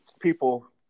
people